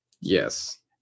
Yes